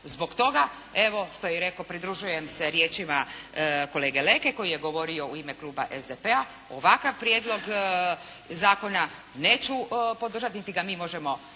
Zbog toga evo što je i rekao pridružujem se riječima kolege Leke koji je govorio u ime kluba SDP-a, ovakav prijedlog zakona neću podržati niti ga mi možemo